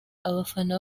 abafana